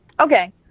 Okay